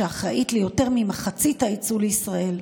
שאחראית ליותר ממחצית היצוא לישראל.